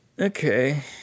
Okay